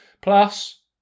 Plus